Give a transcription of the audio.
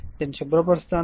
కాబట్టి శుభ్ర పరుస్తాను